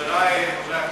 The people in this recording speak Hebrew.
חברי חברי הכנסת,